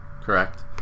correct